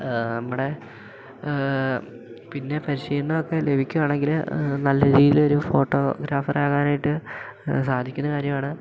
നമ്മുടെ പിന്നെ പരിശീലനം ഒക്കെ ലഭിക്കുകയാണെങ്കിൽ നല്ല രീതിയിലൊരു ഫോട്ടോഗ്രാഫർ ആകാനായിട്ട് സാധിക്കുന്ന കാര്യമാണ്